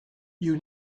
you